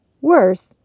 Worse